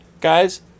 guys